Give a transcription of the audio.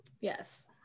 Yes